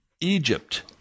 Egypt